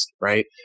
right